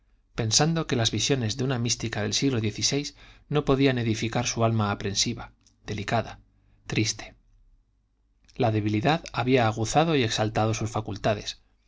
pensando que las visiones de una mística del siglo dieciséis no podían edificar su alma aprensiva delicada triste la debilidad había aguzado y exaltado sus facultades